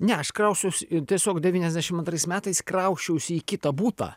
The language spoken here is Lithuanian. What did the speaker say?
ne aš krausčiaus tiesiog devyniasdešim antraisais metais krausčiausi į kitą butą